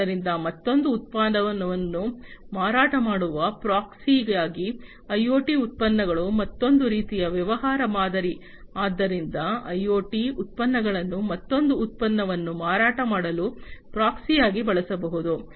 ಆದ್ದರಿಂದ ಮತ್ತೊಂದು ಉತ್ಪನ್ನವನ್ನು ಮಾರಾಟ ಮಾಡುವ ಪ್ರಾಕ್ಸಿಯಾಗಿ ಐಒಟಿ ಉತ್ಪನ್ನಗಳು ಮತ್ತೊಂದು ರೀತಿಯ ವ್ಯವಹಾರ ಮಾದರಿ ಆದ್ದರಿಂದ ಐಒಟಿ ಉತ್ಪನ್ನಗಳನ್ನು ಮತ್ತೊಂದು ಉತ್ಪನ್ನವನ್ನು ಮಾರಾಟ ಮಾಡಲು ಪ್ರಾಕ್ಸಿಯಾಗಿ ಬಳಸಬಹುದು